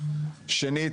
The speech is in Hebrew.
שנית,